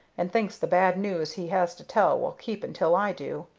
and thinks the bad news he has to tell will keep until i do.